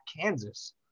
Kansas